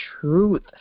truth